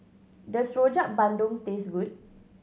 does Rojak Bandung taste good